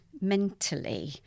mentally